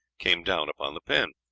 came down upon the pen.